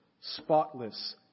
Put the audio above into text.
spotless